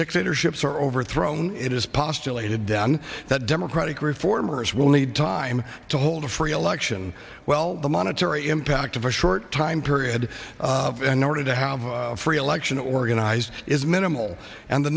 dictatorships are overthrown it is postulated down that democratic reformers will need time to hold a free election well the monetary impact of a short time period in order to have a free election organized is minimal and the